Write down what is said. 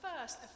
first